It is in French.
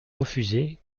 refusés